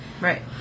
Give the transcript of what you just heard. Right